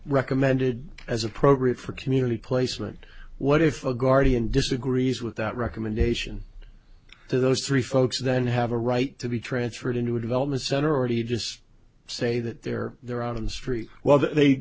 recommended as appropriate for community placement what if a guardian disagrees with that recommendation to those three folks then have a right to be transferred into a development center already just say that they're there on the street well th